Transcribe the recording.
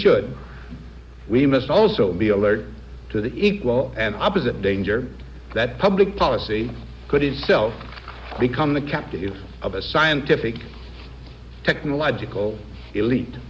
should we must also be alert to the equal and opposite danger that public policy could itself become the captive of a scientific technological elite